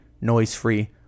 noise-free